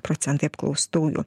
procentai apklaustųjų